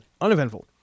Uneventful